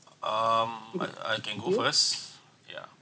um but I can go first yeah